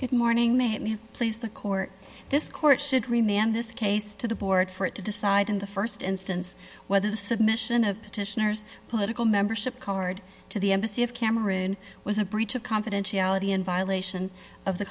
good morning made me please the court this court should remain on this case to the board for it to decide in the st instance whether the submission of petitioners political membership card to the embassy of cameron was a breach of confidentiality in violation of the